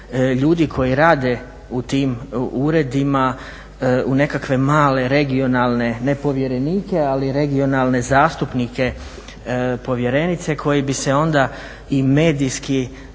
ljudi koji rade u tim uredima, u nekakve male regionalne, ne povjerenike, ali regionalne zastupnike povjerenice koji bi se onda i medijski